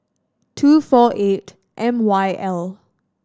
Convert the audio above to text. two four eight M Y L